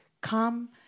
come